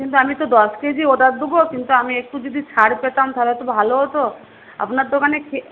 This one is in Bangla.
কিন্তু আমি তো দশ কেজি অর্ডার দেব কিন্তু আমি একটু যদি ছাড় পেতাম তা হলে তো ভালো হতো আপনার দোকানে খেয়ে